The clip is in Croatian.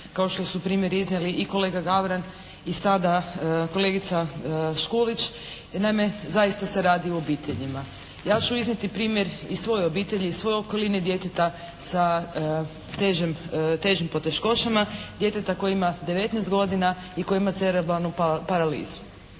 kao što su primjer iznijeli i kolega Gavran i sada kolegica Škulić. Jer naime zaista se radi o obiteljima. Ja ću iznijeti primjer iz svoje obitelji, iz svoje okoline djeteta sa težom, težim poteškoćama. Djeteta koje ima 19 godina i koje ima cerebralnu paralizu.